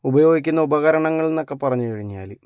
ഉപയോഗിക്കുന്ന ഉപകരണങ്ങൾ എന്നൊക്കെ പറഞ്ഞു കഴിഞ്ഞാൽ